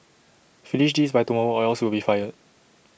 finish this by tomorrow or else you'll be fired